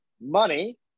money